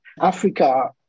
Africa